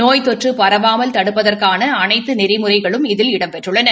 நோப் தொற்று பரவாமல் தடுப்பதற்கான அனைத்து நெறிமுறைகளும் இதில் இடம்பெற்றுள்ளன